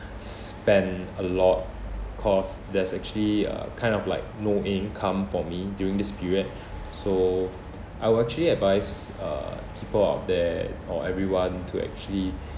spend a lot cause there's actually a kind of like no income for me during this period so I would actually advice uh people out there or everyone to actually